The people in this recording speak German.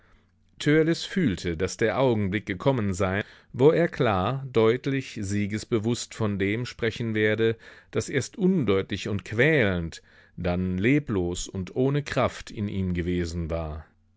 fühlte daß der augenblick gekommen sei wo er klar deutlich siegesbewußt von dem sprechen werde das erst undeutlich und quälend dann leblos und ohne kraft in ihm gewesen war